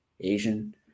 Asian